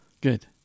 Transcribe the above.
Good